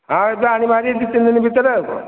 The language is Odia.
ହଁ ଏବେ ଆଣିବା ହାରି ଦୁଇ ତିନି ଦିନ ଭିତରେ ଆଉ କ'ଣ